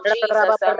Jesus